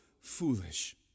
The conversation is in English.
foolish